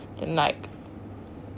then like